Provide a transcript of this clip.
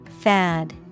Fad